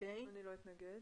אני לא אתנגד.